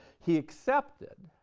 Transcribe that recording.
he accepted